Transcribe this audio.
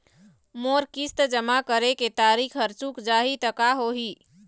मोर किस्त जमा करे के तारीक हर चूक जाही ता का होही?